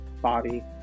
body